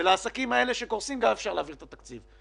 ולעסקים האלה שקורסים גם אפשר להעביר את התקציב,